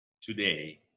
today